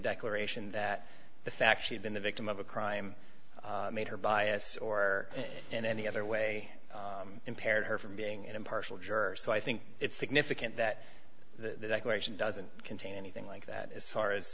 declaration that the fact she'd been the victim of a crime made her bias or in any other way impaired her from being an impartial juror so i think it's significant that the declaration doesn't contain anything like that as far as